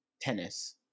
tennis